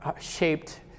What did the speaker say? shaped